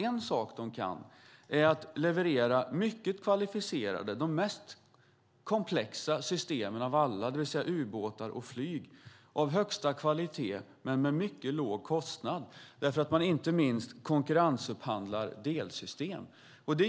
En sak som de kan är att leverera mycket kvalificerade system, de mest komplexa systemen av alla, det vill säga ubåtar och flyg av högsta kvalitet men till mycket låg kostnad, vilket inte minst beror på att man konkurrensupphandlar delsystem.